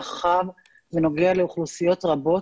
רחב בנוגע לאוכלוסיות רבות,